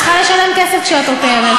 את צריכה לשלם כסף כשאת עותרת.